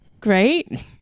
great